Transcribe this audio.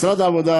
משרד העבודה,